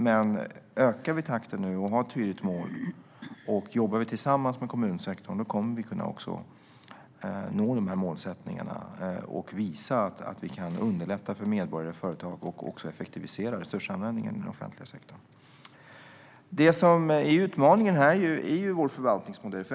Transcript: Men om vi ökar takten, har ett tydligt mål och jobbar tillsammans med kommunsektorn kommer vi att kunna nå dessa mål och visa att vi kan underlätta för medborgare och företag och också effektivisera resursanvändningen i den offentliga sektorn. Utmaningen är vår förvaltningsmodell.